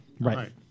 Right